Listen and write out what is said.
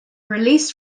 release